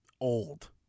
Old